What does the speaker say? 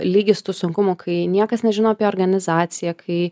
lygis tų sunkumų kai niekas nežino apie organizaciją kai